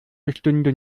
bestünde